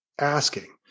asking